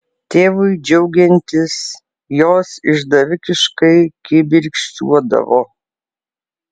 tėvui džiaugiantis jos išdavikiškai kibirkščiuodavo